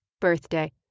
birthday